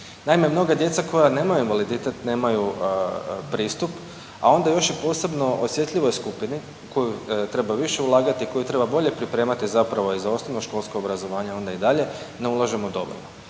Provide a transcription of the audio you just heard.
Naime, mnoga djeca koja nemaju invaliditet pristup, onda još i posebno osjetljivoj skupini u koju treba više ulagati, koju treba bolje pripremiti i za osnovnoškolsko obrazovanje, a onda i dalje ne ulažemo dovoljno.